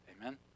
Amen